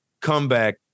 comeback